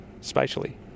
spatially